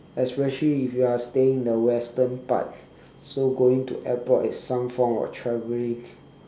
especially if you are staying in the western part so going to the airport is some form of traveling